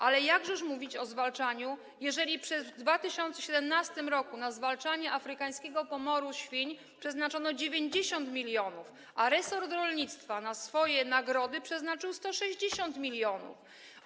Ale jakżeż mówić o zwalczaniu, jeżeli w 2017 r. na zwalczanie afrykańskiego pomoru świń przeznaczono 90 mln, a resort rolnictwa na swoje nagrody przeznaczył 160 mln?